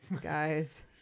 guys